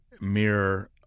mirror